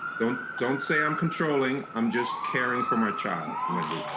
don't don't say i'm controlling, i'm just caring for my child, wendy.